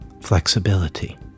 Flexibility